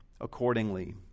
accordingly